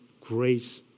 grace